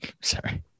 Sorry